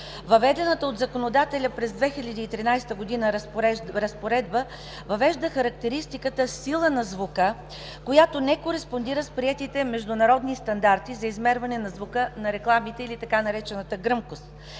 Въведената разпоредба през 2013 г. от законодателя въвежда характеристика „сила на звука”, която не кореспондира с приетите международни стандарти за измерване на звука на рекламите или така наречената „гръмкост”